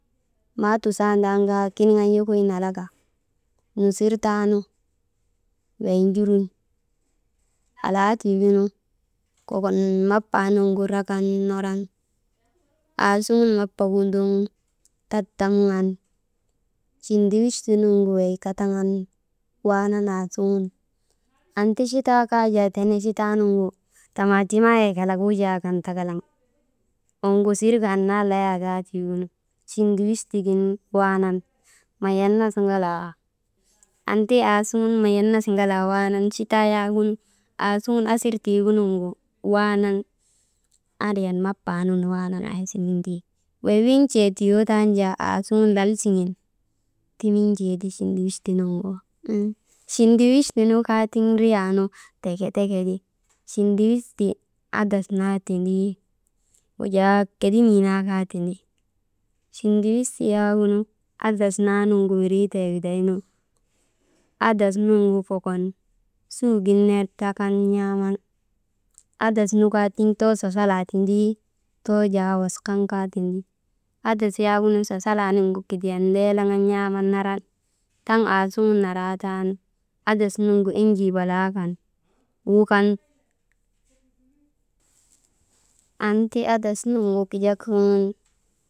Maa tusandan kaa kiniŋan yokoyin alaka, tusir taanu wey jurun alaatiigunu kokon mapaa nuŋgu trakan naran, aasuŋun mapagu ndoŋun tattamŋan, chindiwisti nuŋgu wey kataŋan waanan aasuŋun. Anti chitaa kaa jaa tene chitaa nuŋgu tamaatimaayek wuujaa kan takalan woŋosirka annaa layaa taa tiigunu, chindiwisti gin waanan mayanas ŋalaa, anti aasuŋun mayanas ŋalaa waanan chitaa yaagunu aasuŋun asir tiigunuŋgu waanan andriyan mapanun waanan aasuŋin ti wey win̰en tee tuyoo tan jaa aasuŋ lal siŋen ti min̰tee ti chindiwisti nuŋgu. Chindiwisti nu kaa tiŋ ndriyaa nu teke teke ti chindiwisti adas naa tindi, wujaa kedimii naa kaa tindi, chindiwisti yaagunu adas naanuŋu windriitee widaynu, adas nuŋgu kokon suugin ner trakan n̰aaman, adas nu kaa tiŋ too sasalaa tindii, too jaa washan kaa tindi adas yak sasalaa nuŋgu kidiyan ndeelegan n̰aaman naran, taŋ aasuŋun naraataanu adas nuŋgu enjii balaa kan wukan, anti adas nuŋgu kigak suŋun.